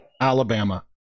alabama